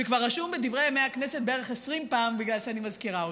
שכבר רשום בדברי הכנסת בערך 20 פעם בגלל שאני מזכירה אותו,